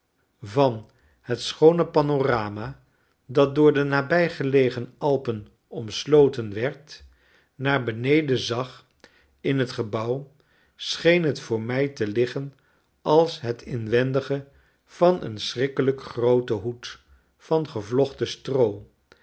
van het schoone panorama dat door de nabijgelegen alpen omsloten werd naar beneden zag in het gebouw scheen het voor mij te liggenals het inwendige van een verschrikkelijk grooten hoed van gevlochten stroo